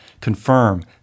confirm